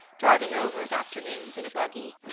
driving over of afternoons in a buggy.